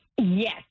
Yes